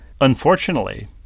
Unfortunately